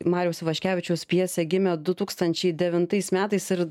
mariaus ivaškevičiaus pjesė gimė du tūkstančiai devintais metais ir